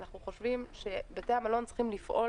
אנחנו חושבים שבתי המלון צריכים לפעול